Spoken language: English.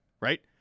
right